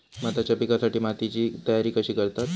भाताच्या पिकासाठी मातीची तयारी कशी करतत?